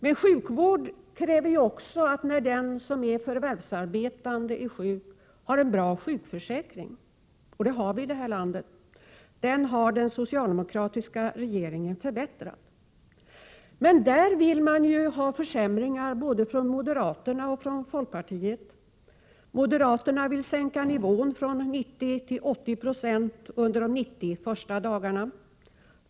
Men sjukvård kräver också att den förvärvsarbetande som blir sjuk har en bra sjukförsäkring. Det har vi i detta land. Denna sjukförsäkring har den socialdemokratiska regeringen förbättrat. Nu vill både moderaterna och folkpartiet få till stånd försämringar av sjukförsäkringen. Moderaterna vill sänka nivån på ersättningen från 90 96 till 80 26 under de 90 första sjukdagarna per år.